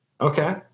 okay